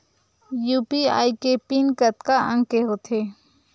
UPI के PIN कतका अंक के होथे?